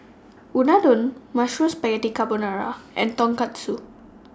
Unadon Mushroom Spaghetti Carbonara and Tonkatsu